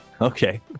Okay